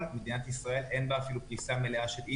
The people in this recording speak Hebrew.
במדינת ישראל אין אפילו פריסה מלאה של אינטרנט,